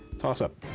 toss-up.